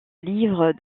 livre